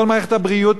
כל מערכת הבריאות,